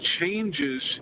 changes